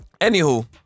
anywho